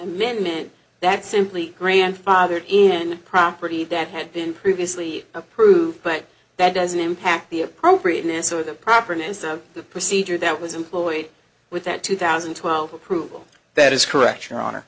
men men that simply grandfathered in and property that had been previously approved but that doesn't impact the appropriateness of the property and so the procedure that was employed with that two thousand and twelve approval that is correct your honor